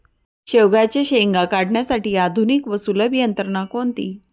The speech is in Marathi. शेवग्याच्या शेंगा काढण्यासाठी आधुनिक व सुलभ यंत्रणा कोणती?